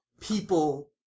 people